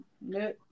no